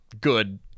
good